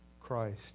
Christ